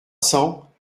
cents